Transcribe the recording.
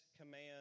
command